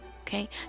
Okay